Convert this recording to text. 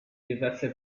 diverse